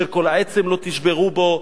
שכל עצם לא תשברו בו,